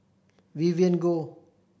Vivien Goh